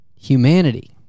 humanity